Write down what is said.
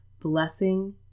Blessing